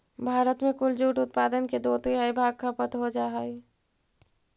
भारत में कुल जूट उत्पादन के दो तिहाई भाग खपत हो जा हइ